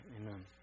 Amen